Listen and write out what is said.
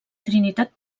trinitat